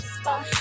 spot